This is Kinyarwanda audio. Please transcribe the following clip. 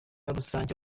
rusange